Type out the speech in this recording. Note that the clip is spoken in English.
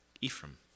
Ephraim